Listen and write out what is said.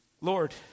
Lord